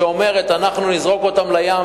שאומרת: אנחנו נזרוק אותם לים,